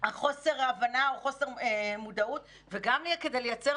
חוסר ההבנה או חוסר המודעות וגם כדי לייצר